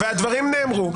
-- והדברים נאמרו.